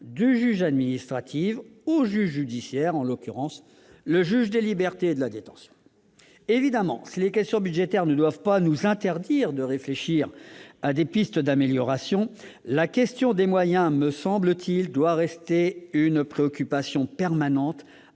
du juge administratif au juge judiciaire, en l'occurrence le juge des libertés et de la détention. Évidemment, si les questions budgétaires ne doivent pas nous interdire de réfléchir à des pistes d'amélioration, la question des moyens doit rester une préoccupation permanente,